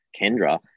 Kendra